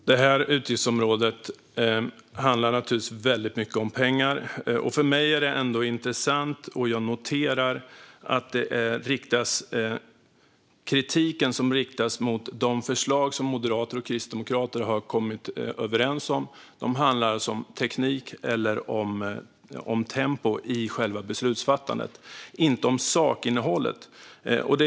Fru talman! Det här utgiftsområdet handlar naturligtvis väldigt mycket om pengar. För mig är det ändå intressant att notera att kritiken som riktas mot de förslag som moderater och kristdemokrater har kommit överens om handlar om tekniken, eller tempot, i själva beslutsfattandet och inte om sakinnehållet.